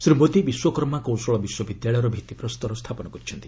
ଶ୍ରୀ ମୋଦି ବିଶ୍ୱକର୍ମା କୌଶଳ ବିଶ୍ୱବିଦ୍ୟାଳୟର ଭିତ୍ତିପ୍ରସ୍ତର ସ୍ଥାପନ କରିଛନ୍ତି